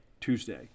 Tuesday